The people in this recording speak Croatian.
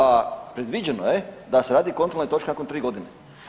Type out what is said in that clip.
A predviđeno je da se radi kontrolna točka nakon 3 godine.